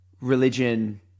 religion